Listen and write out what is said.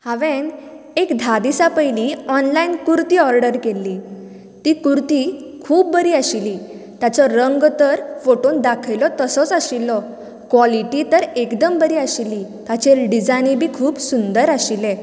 हांवेंन एक धा दिसा पयलीं ऑनलायन कुरती ऑर्डर केल्ली ती कुरती खूब बरी आशिल्ली ताचो रंग तर फोटोन दाखयलो तसोच आशिलो क्वोलिटी तर एकदम बरी आशिली ताचेर डिजायन बी खूब सुंदर आशिले